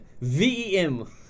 V-E-M